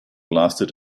lasted